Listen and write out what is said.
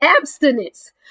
abstinence